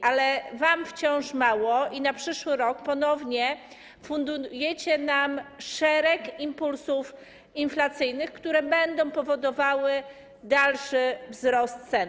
Wam jednak wciąż mało i na przyszły rok ponownie fundujecie nam szereg impulsów inflacyjnych, które będą powodowały dalszy wzrost cen.